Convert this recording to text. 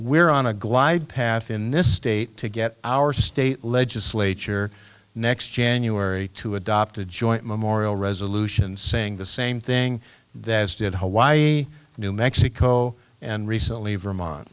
we're on a glide path in this state to get our state legislature next january to adopt a joint memorial resolution saying the same thing that as did hawaii new mexico and recently vermont